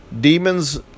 demons